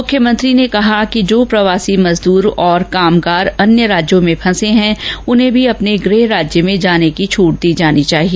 मुख्यमंत्री ने कहा कि जो प्रवासी मजदूर और कामगार अन्य राज्यों में फंसे हैं उन्हें भी अपने गृह राज्य में जाने की छूट दी जानी चाहिए